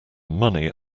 money